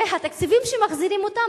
והתקציבים שמחזירים אותם,